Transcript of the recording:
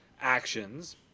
actions